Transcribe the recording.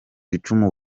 icumu